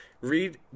Read